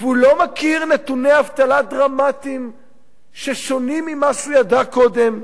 והוא לא מכיר נתוני אבטלה דרמטיים ששונים ממה שהוא ידע קודם.